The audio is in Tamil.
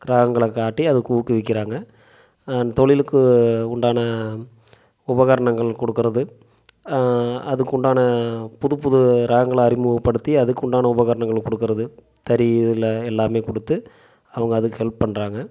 கிராங்களை காட்டி அதுக்கு ஊக்குவிக்கிறாங்க நான் தொழிலுக்கு உண்டான உபகரணங்கள் கொடுக்கறது அதுக்குண்டான புதுப் புது ரகங்களை அறிமுகப்படுத்தி அதுக்குண்டான உபகரணங்களை கொடுக்கறது தறி இதில் எல்லாம் கொடுத்து அவங்க அதுக்கு ஹெல்ப் பண்ணுறாங்க